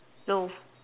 no